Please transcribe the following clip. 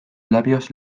labios